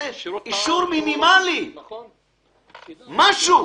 אישור מינימלי, משהו.